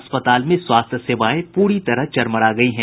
अस्पताल में स्वास्थ्य सेवाएं पूरी तरह चरमरा गयी है